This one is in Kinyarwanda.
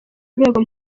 rwego